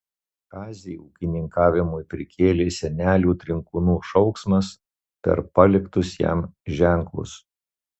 kazį ūkininkavimui prikėlė senelių trinkūnų šauksmas per paliktus jam ženklus